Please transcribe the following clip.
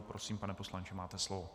Prosím, pane poslanče, máte slovo.